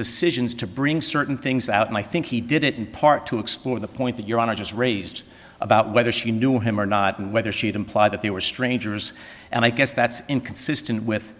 decisions to bring certain things out and i think he did it in part to explore the point that your honor just raised about whether she knew him or not and whether she'd imply that they were strangers and i guess that's inconsistent with